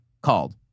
called